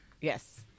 yes